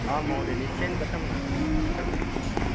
आम् महोदय निश्चयेन कथं न कर्तुं शक्नुमः